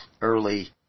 early